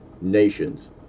nations